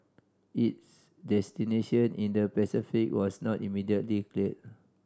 its destination in the Pacific was not immediately clear